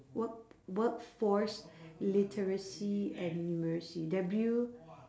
work workforce literacy and numeracy W